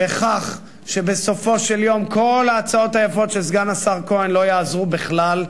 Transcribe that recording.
בכך שבסופו של יום כל ההצעות היפות של סגן השר כהן לא יעזרו בכלל,